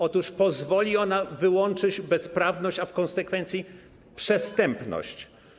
Otóż pozwoli ona wyłączyć bezprawność, a w konsekwencji przestępność.